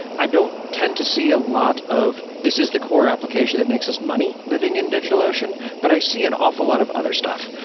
i don't tend to see a lot of this is the core application that makes us money living in digitalocean, but i see an awful lot of other stuff.